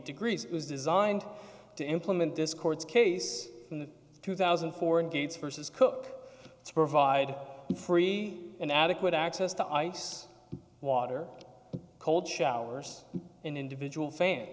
degrees it was designed to implement this court's case from the two thousand and four gates versus cook to provide free and adequate access to ice water cold showers and individual fan